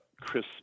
Chris